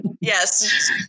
Yes